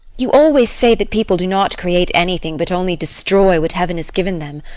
you always say that people do not create anything, but only destroy what heaven has given them.